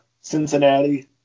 Cincinnati